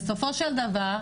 בסופו של דבר,